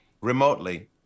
remotely